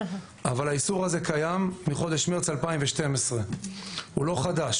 אבל האיסור הזה קיים מחודש מרץ 2012. הוא לא חדש.